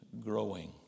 growing